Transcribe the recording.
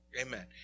Amen